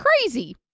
crazy